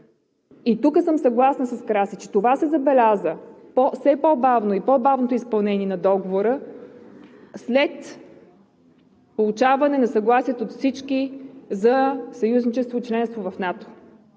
Тук съм съгласна с вицепремиера Каракачанов, че се забеляза все по-бавно и по-бавното изпълнение на Договора след получаване на съгласие от всички за съюзничество и членство в НАТО.